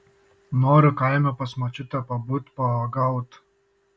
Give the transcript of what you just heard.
noriu kaime pas močiutę pabūt pauogaut